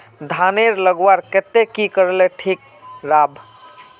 धानेर लगवार केते की करले ठीक राब?